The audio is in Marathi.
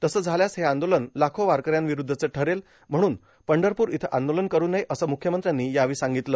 तसंच झाल्यास हे आंदोलन लाखो वारकऱ्यांविठुद्धचे ठरेल म्हणून पंढरपूर इथं आंदोलन करु नये असं मुख्यमंत्र्यांनी यावेळी सांगितलं